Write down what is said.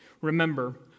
Remember